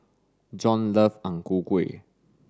John love Ang Ku Kueh